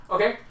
Okay